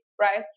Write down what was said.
right